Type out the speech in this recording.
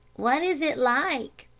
what is it like?